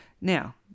Now